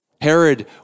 Herod